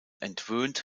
entwöhnt